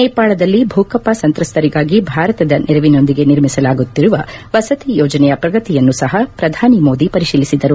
ನೇಪಾಳದಲ್ಲಿ ಭೂಕಂಪ ಸಂತ್ರಸ್ತರಿಗಾಗಿ ಭಾರತದ ನೆರವಿನೊಂದಿಗೆ ನಿರ್ಮಿಸಲಾಗುತ್ತಿರುವ ವಸತಿ ಯೋಜನೆಯ ಪ್ರಗತಿಯನ್ನು ಸಹ ಪ್ರಧಾನಿ ಮೋದಿ ಪರಿಶೀಲಿಸಿದರು